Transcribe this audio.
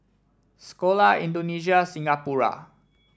Sekolah Indonesia Singapura